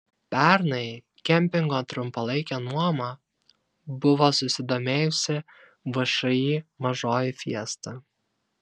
pernai kempingo trumpalaike nuoma buvo susidomėjusi všį mažoji fiesta